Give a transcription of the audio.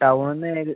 ടൗണിൽ നിന്ന്